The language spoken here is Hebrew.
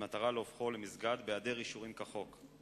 במטרה להופכו למסגד, בהעדר אישורים כחוק.